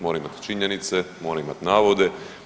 Mora imati činjenice, mora imati navode.